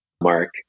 Mark